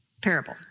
parable